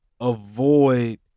avoid